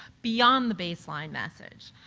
beyond the baseline message.